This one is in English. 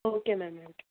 okay ma'am okay